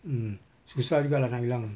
mm susah juga lah nak hilang